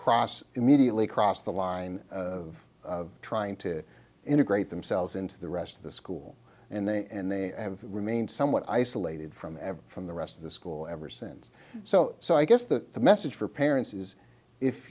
cross immediately cross the line of trying to integrate themselves into the rest of the school and they and they have remained somewhat isolated from ever from the rest of the school ever sense so so i guess the message for parents is if